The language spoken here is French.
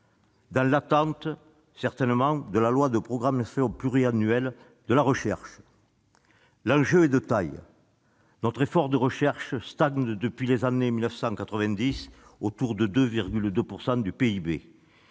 dans l'attente, certainement, du projet de loi de programmation pluriannuelle de la recherche. L'enjeu est de taille : notre effort en matière de recherche stagne depuis les années 1990 autour de 2,2 % du PIB.